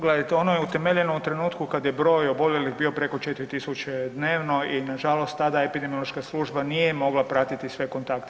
Gledajte, ono je utemeljeno u trenutku kad je broj oboljelih bio preko 4000 dnevno i nažalost tada epidemiološka služba nije mogla pratiti sve kontakte.